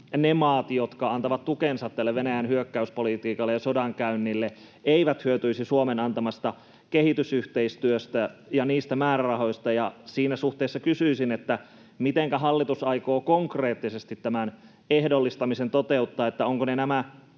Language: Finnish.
ne maat, jotka antavat tukensa tälle Venäjän hyök-käyspolitiikalle ja sodankäynnille, eivät hyötyisi Suomen antamasta kehitysyhteistyöstä ja niistä määrärahoista. Siinä suhteessa kysyisin, mitenkä hallitus aikoo konkreettisesti tämän ehdollistamisen toteuttaa. Ovatko ne nämä